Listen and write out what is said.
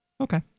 Okay